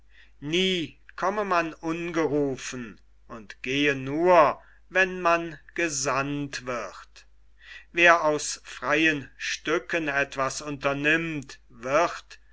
nie komme man ungerufen und gehe nur wenn man gesandt wird wer aus freien stücken etwas unternimmt wird